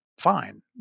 fine